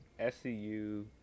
SCU